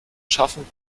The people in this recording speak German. schaffen